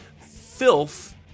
Filth